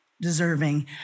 deserving